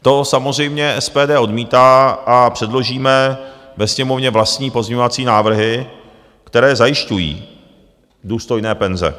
To samozřejmě SPD odmítá a předložíme ve Sněmovně vlastní pozměňovací návrhy, které zajišťují důstojné penze.